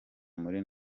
muri